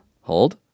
hold